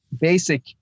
basic